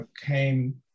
came